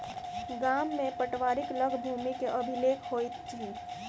गाम में पटवारीक लग भूमि के अभिलेख होइत अछि